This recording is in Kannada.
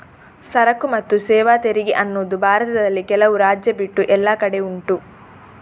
ಸರಕು ಮತ್ತು ಸೇವಾ ತೆರಿಗೆ ಅನ್ನುದು ಭಾರತದಲ್ಲಿ ಕೆಲವು ರಾಜ್ಯ ಬಿಟ್ಟು ಎಲ್ಲ ಕಡೆ ಉಂಟು